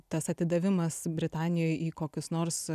tas atidavimas britanijoj į kokius nors